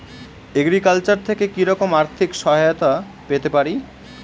Agriculture থেকে কি রকম আর্থিক সহায়তা পেতে পারি?